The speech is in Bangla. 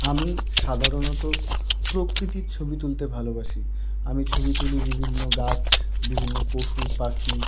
আমি সাধারণত প্রকৃতির ছবি তুলতে ভালোবাসি আমি ছবি তুলি বিভিন্ন গাছ বিভিন্ন পশু পাখি